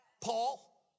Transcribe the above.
Paul